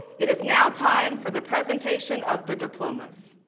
it is now time for the presentation of the diplomas.